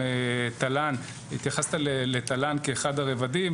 התייחסת לתל"ן כאחד הרבדים.